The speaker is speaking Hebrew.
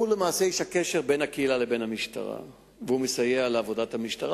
הוא למעשה איש הקשר בין הקהילה ובין המשטרה.